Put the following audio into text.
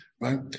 right